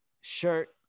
shirt